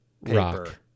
Rock